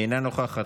אינה נוכחת,